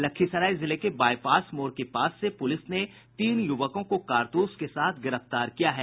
लखीसराय जिले के बाइपास मोड़ के पास से पुलिस ने तीन युवकों को कारतूस के साथ गिरफ्तार किया है